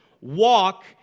Walk